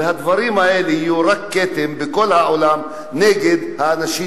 והדברים האלה יהיו רק כתם בכל העולם נגד האנשים